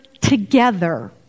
together